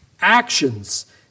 actions